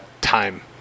time